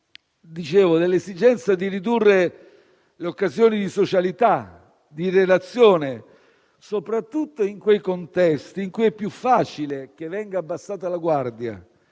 focolai, le occasioni di socialità, di relazione, soprattutto in quei contesti in cui è più facile che venga abbassata la guardia